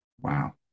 Wow